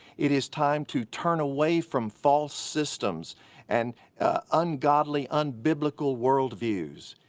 it is time to turn away from false systems and ungodly, unbiblical world views.